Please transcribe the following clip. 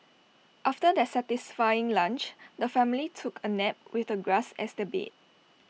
after their satisfying lunch the family took A nap with the grass as their bed